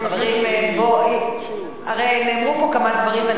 חברים, בואו, הרי נאמרו כאן כמה דברים.